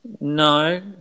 No